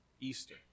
Easter